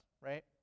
right